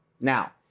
Now